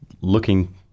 looking